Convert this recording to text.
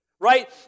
right